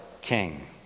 king